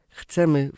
chcemy